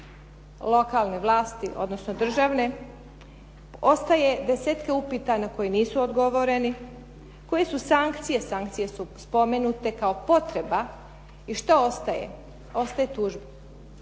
lokalne vlasti, odnosno državne, ostaje desetke upita na koje nisu odgovoreni. Koje su sankcije? Sankcije su spomenute kao potreba i što ostaje? Ostaje tužba.